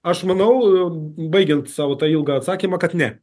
aš manau baigiant savo tą ilgą atsakymą kad ne